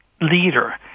leader